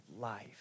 life